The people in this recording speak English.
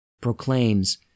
proclaims